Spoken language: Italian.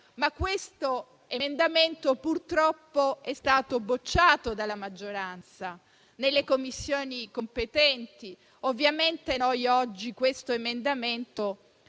ma questo emendamento purtroppo è stato bocciato dalla maggioranza nelle Commissioni competenti. Ovviamente noi oggi questo emendamento